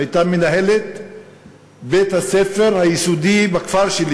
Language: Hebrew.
שהייתה מנהלת בית-הספר היסודי בכפר שלי,